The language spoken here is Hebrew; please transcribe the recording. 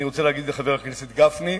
אני רוצה להגיד לחבר הכנסת גפני,